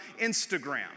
Instagram